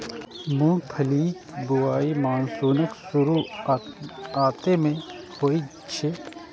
मूंगफलीक बुआई मानसूनक शुरुआते मे होइ छै